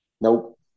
Nope